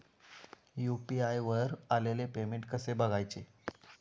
UPI वर आलेले payment कसे बघायचे?